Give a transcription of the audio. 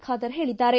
ಖಾದರ್ ಹೇಳಿದ್ದಾರೆ